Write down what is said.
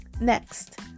Next